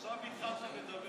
עכשיו התחלת לדבר.